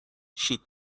she